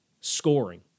scoring